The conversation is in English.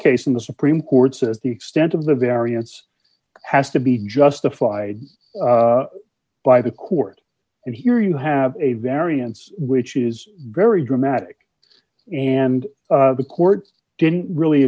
case in the supreme court says the extent of the variance has to be justified by the court and here you have a variance which is very dramatic and the court didn't really